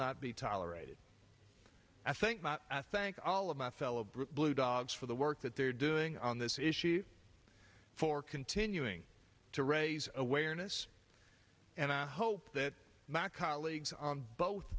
not be tolerated i say thank all of my fellow blue dogs for the work that they're doing on this issue for continuing to raise awareness and i hope that my colleagues on both